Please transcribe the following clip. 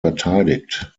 verteidigt